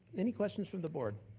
any questions from the board?